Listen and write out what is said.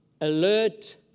alert